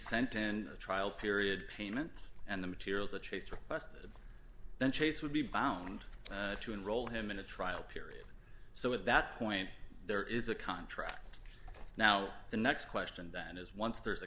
sent in a trial period payment and the materials the chase requested then chase would be bound to enroll him in a trial period so at that point there is a contract now the next question then is once there is a